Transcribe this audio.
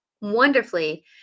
wonderfully